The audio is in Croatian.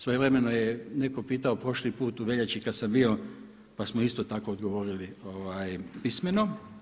Svojevremeno je netko pitao prošli put u veljači kada sam bio pa smo isto tako odgovorili pismeno.